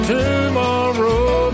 Tomorrow